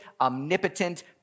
omnipotent